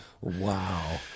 Wow